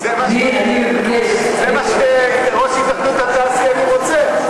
זה מה שראש התאחדות התעשיינים רוצה.